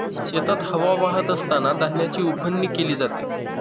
शेतात हवा वाहत असतांना धान्याची उफणणी केली जाते